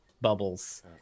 bubbles